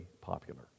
popular